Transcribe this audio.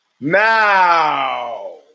Now